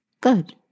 Good